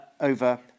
over